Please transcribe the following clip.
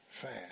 fast